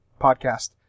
podcast